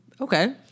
Okay